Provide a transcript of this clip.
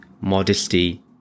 modesty